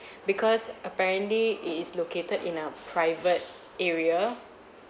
because apparently it is located in a private area